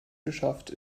geschafft